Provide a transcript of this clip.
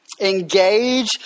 engage